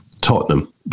Tottenham